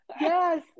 Yes